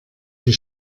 die